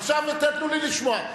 עכשיו תנו לי לשמוע.